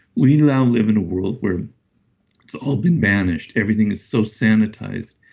we now live in a world where it's all been managed, everything is so sanitized.